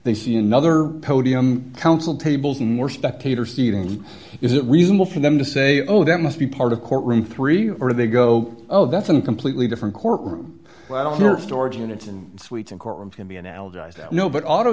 they see another podium counsel tables more spectator seating is it reasonable for them to say oh that must be part of courtroom three or they go oh that's in completely different court room storage units and suites and courtrooms can be analogized you know but auto